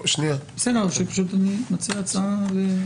אני פשוט מציע הצעה.